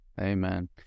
Amen